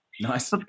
Nice